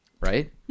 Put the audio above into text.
Right